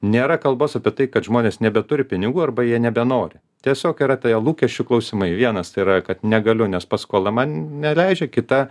nėra kalbos apie tai kad žmonės nebeturi pinigų arba jie nebenori tiesiog yra ta jo lūkesčių klausimai vienas tai yra kad negaliu nes paskola man neleidžia kita